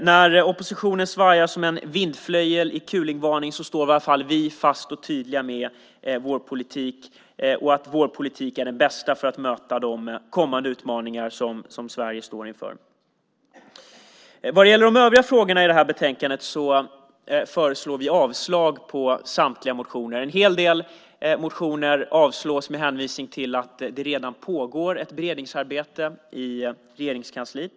När oppositionen svajar som en vindflöjel i kulingvarning står i alla fall vi fast vid att vår politik är den bästa för att möta de utmaningar som Sverige står inför. Vad gäller de övriga frågorna i betänkandet yrkar vi avslag på samtliga motioner. En hel del motioner avstyrks med hänvisning till att det redan pågår ett beredningsarbete i Regeringskansliet.